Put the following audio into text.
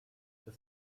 das